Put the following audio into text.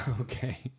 Okay